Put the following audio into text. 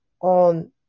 on